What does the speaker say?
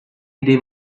dei